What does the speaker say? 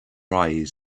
eyes